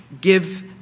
give